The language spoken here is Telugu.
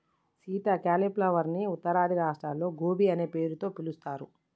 సీత క్యాలీఫ్లవర్ ని ఉత్తరాది రాష్ట్రాల్లో గోబీ అనే పేరుతో పిలుస్తారు